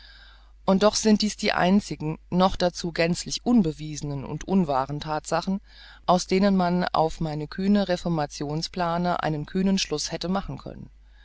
und doch sind dies die einzigen noch dazu gänzlich unbewiesenen und unwahren thatsachen aus denen man auf meine kühnen reformationsplane einen kühnen schluß hätte machen können